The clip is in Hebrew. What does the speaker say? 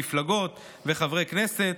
מפלגות וחברי כנסת,